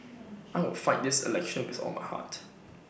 I will fight this election with all my heart